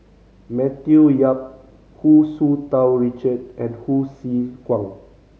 Matthew Yap Hu Tsu Tau Richard and Hsu Tse Kwang